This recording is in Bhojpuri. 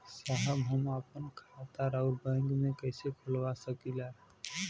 साहब हम आपन खाता राउर बैंक में कैसे खोलवा सकीला?